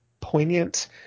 poignant